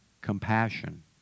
compassion